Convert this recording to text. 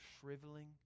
shriveling